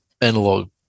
analog